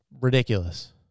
ridiculous